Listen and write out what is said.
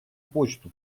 почту